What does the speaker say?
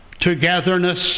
togetherness